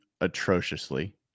atrociously